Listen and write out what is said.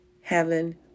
heaven